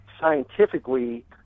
scientifically